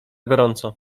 gorąco